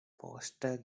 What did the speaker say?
forster